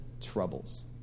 troubles